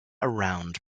around